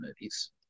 movies